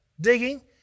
Digging